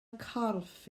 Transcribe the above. corff